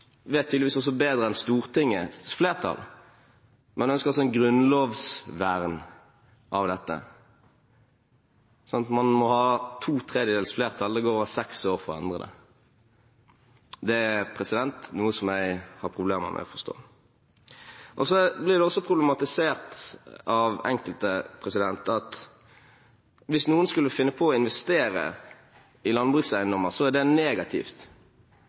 vet tydeligvis også bedre enn Stortingets flertall. Man ønsker altså et grunnlovsvern av dette, slik at man må ha to tredjedels flertall, og det går seks år for å endre det. Det er noe jeg har problemer med å forstå. Så blir det også problematisert av enkelte hvis noen skulle finne på å investere i landbrukseiendommer – det er negativt.